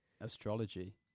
Astrology